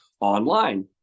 online